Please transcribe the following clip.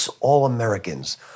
All-Americans